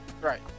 Right